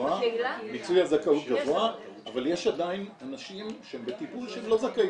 מיצוי הזכאות גבוה אבל יש עדיין אנשים שהם בטיפול שהם לא זכאים.